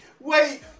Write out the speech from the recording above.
wait